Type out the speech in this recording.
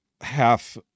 half